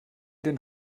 den